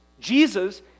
Jesus